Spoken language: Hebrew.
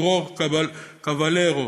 דרור קבלרו,